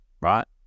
right